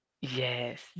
Yes